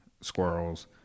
squirrels